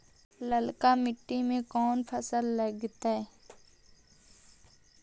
ललका मट्टी में कोन फ़सल लगतै?